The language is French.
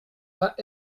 pas